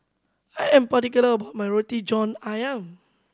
I am particular about my Roti John Ayam